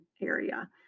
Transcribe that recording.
area